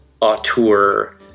auteur